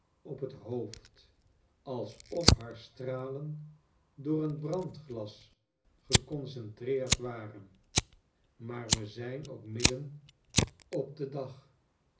op t hoofd alsof haar stralen door een brandglas geconcentreerd waren maar we zijn ook midden op den dag